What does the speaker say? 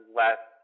less